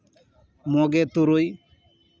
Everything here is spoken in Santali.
ᱱᱚᱜᱮ ᱛᱩᱨᱩᱭ